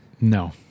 No